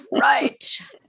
Right